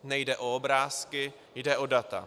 Nejde o obrázky, jde o data.